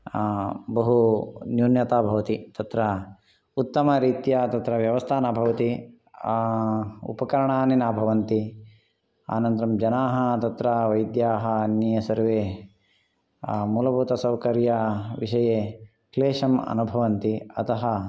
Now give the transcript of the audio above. बहु न्यूनता भवति तत्र उत्तमरीत्या तत्र व्यवस्था न भवति उपकरणानि न भवन्ति अनन्तरं जनाः तत्र वैद्याः अन्ये सर्वे मूलभूतसौकर्यविषये क्लेशम् अनुभवन्ति अतः